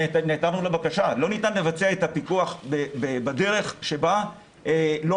לא ניתן לבצע את הפיקוח בדרך בה לא